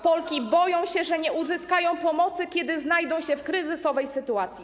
Polki boją się, że nie uzyskają pomocy, kiedy znajdą się w kryzysowej sytuacji.